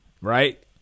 right